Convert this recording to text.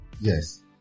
Yes